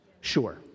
Sure